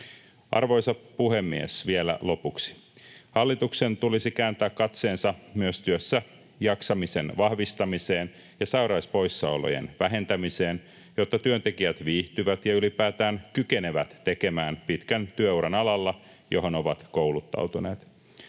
Arvoisa puhemies! Vielä lopuksi: Hallituksen tulisi kääntää katseensa myös työssäjaksamisen vahvistamiseen ja sairauspoissaolojen vähentämiseen, jotta työntekijät viihtyvät ja ylipäätään kykenevät tekemään pitkän työuran alalla, johon ovat kouluttautuneet.